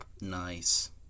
Nice